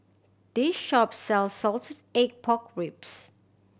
this shop sells salted egg pork ribs